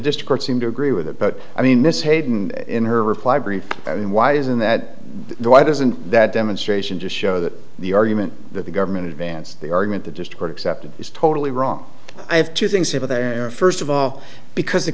district seemed to agree with that but i mean this hayden in her reply brief i mean why isn't that the why doesn't that demonstration just show that the argument that the government advanced the argument the dischord accepted is totally wrong i have two things over there first of all because the